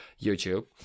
YouTube